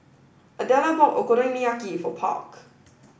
Adela bought Okonomiyaki for Park